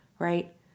right